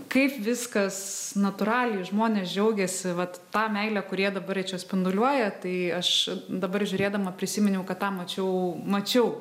kaip viskas natūraliai žmonės džiaugiasi vat ta meile kurią jie čia dabar spinduliuoja tai aš dabar žiūrėdama prisiminiau kad tą mačiau mačiau